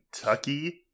Kentucky